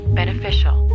beneficial